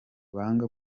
banga